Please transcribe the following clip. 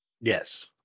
Yes